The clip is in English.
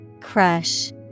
Crush